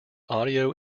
audio